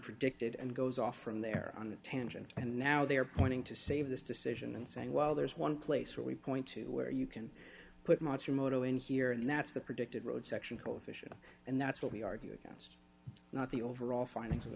predicted and goes off from there on a tangent and now they are pointing to save this decision and saying well there's one place where we point to where you can put much your moto in here and that's the predicted road section coefficient and that's what we argue against not the overall finding